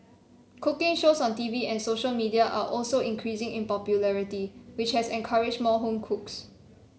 cooking shows on T V and social media are also increasing in popularity which has encouraged more home cooks